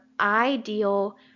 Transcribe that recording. ideal